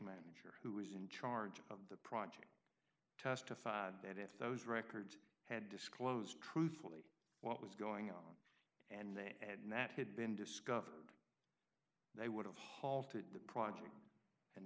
manager who was in charge of the project testified that if those records had disclosed truthfully what was going on and that had been discovered they would have halted the project and